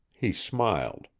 he smiled.